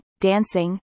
dancing